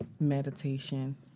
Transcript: meditation